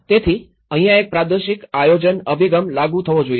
તેથી અહીંયા એક પ્રાદેશિક આયોજન અભિગમ લાગુ થવો જોઈએ